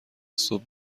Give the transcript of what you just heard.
صبح